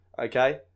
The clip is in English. okay